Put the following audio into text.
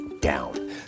down